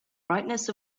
brightness